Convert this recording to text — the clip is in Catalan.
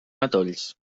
matolls